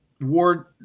Ward